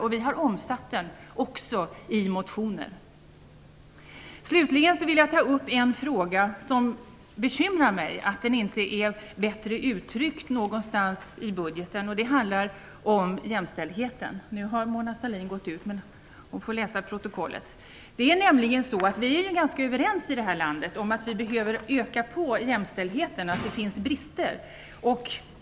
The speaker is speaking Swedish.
Vi har också omsatt den i motioner. Slutligen vill jag ta upp en annan fråga. Det bekymrar mig att den inte är bättre uttryckt någonstans i budgeten. Den handlar om jämställdhet. Nu har Mona Sahlin gått ut, men hon får läsa protokollet. Vi är ganska överens i det här landet om att vi behöver öka jämställdheten och att det finns brister där.